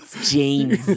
James